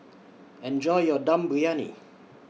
Enjoy your Dum Briyani